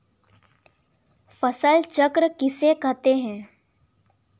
फसल चक्र किसे कहते हैं?